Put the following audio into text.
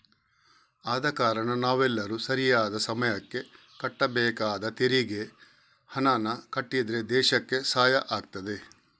ಆದ ಕಾರಣ ನಾವೆಲ್ಲರೂ ಸರಿಯಾದ ಸಮಯಕ್ಕೆ ಕಟ್ಟಬೇಕಾದ ತೆರಿಗೆ ಹಣಾನ ಕಟ್ಟಿದ್ರೆ ದೇಶಕ್ಕೆ ಸಹಾಯ ಆಗ್ತದೆ